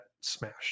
smashed